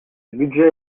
budget